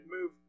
move